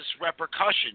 repercussions